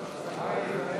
אי-אמון